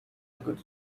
good